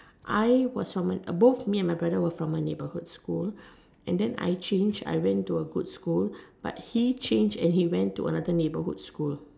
I was from an uh both me and my brother were from a neighbourhood school and then I changed I went to a good school but he changed and he went to another neighbourhood school